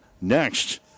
next